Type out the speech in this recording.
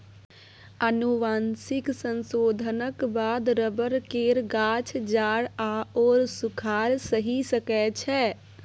आनुवंशिक संशोधनक बाद रबर केर गाछ जाड़ आओर सूखाड़ सहि सकै छै